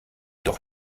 doch